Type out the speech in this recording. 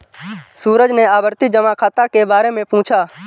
सूरज ने आवर्ती जमा खाता के बारे में पूछा